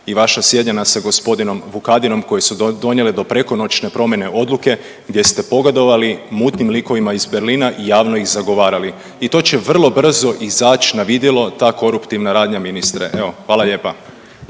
i vaša sjedenja sa g. Vukadinom koje su donijele do prekonoćne promjene odluke gdje ste pogodovali mutnim likovima iz Berlina i javno ih zagovarali i to će vrlo brzo izaći na vidjelo, ta koruptivna radnja, ministre. Evo, hvala lijepa.